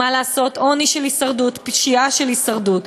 מה לעשות, עוני של הישרדות, פשיעה של הישרדות.